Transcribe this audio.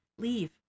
leave